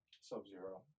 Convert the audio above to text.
Sub-Zero